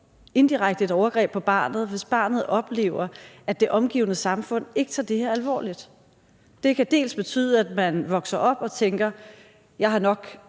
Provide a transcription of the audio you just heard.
indirekte et overgreb på barnet, hvis barnet oplever, at det omgivende samfund ikke tager det her alvorligt. Det kan dels betyde, at man vokser op og tænker, at man nok